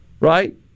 right